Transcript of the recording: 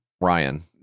Ryan